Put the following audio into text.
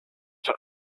that